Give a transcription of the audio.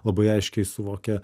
labai aiškiai suvokia